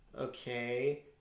okay